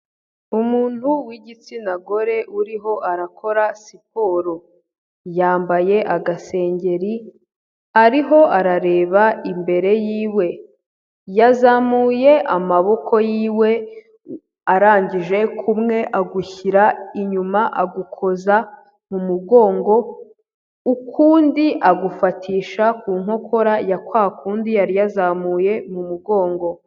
Umuntu w'igitsina gore uriho arakora siporo, yambaye agaseri ariho arareba imbere yiwe, yazamuye amaboko yiwe arangije kumwe agushyira inyuma agukoza mu mugongo, ukundi agufatisha ku nkokora ya kwa kundi yari yazamuye mu mugongo.